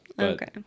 okay